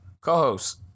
co-host